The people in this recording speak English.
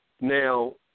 Now